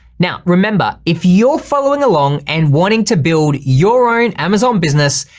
now, remember if you're following along and wanting to build your own amazon business,